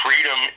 Freedom